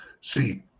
See